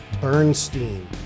Bernstein